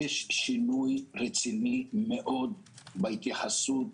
יש שינוי רציני מאוד בהתייחסות